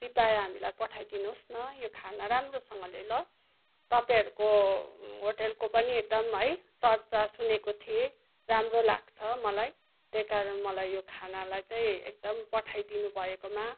कृपया हामीलाई पठाइदिनुहोस् न यो खाना राम्रोसँगले ल तपाईँहरूको होटलको पनि एकदम है चर्चा सुनेको थिएँ राम्रो लाग्छ मलाई त्यही कारण मलाई यो खानालाई चाहिँ एकदम पठाइदिनु भएकोमा